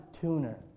tuner